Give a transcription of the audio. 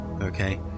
okay